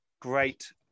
great